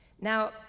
Now